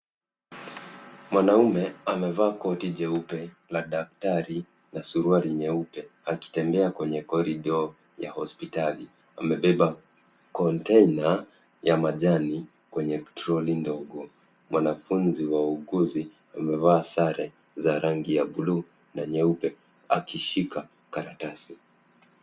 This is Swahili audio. Mwanaume amevaa koti jeupe la daktari na suruali nyeupe akitembea kwenye korido ya hospitali . Amebeba kontena ya majani kwenye troli ndogo. Mwanafunzi wa wauguzi amevaa sare za bluu na nyeupe akishika karatasi.